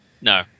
No